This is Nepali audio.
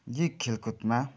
यी खेलकुदमा